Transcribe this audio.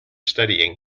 studying